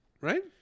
right